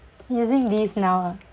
using this now ah